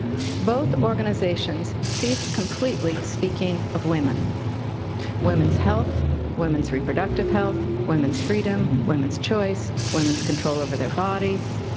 both organizations cease completely speaking of women women's health, women's reproductive health, women's freedom, women's choice, women's control over their bodies.